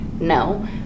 No